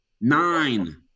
Nine